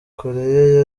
koreya